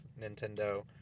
Nintendo